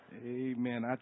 Amen